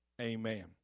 amen